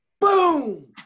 Boom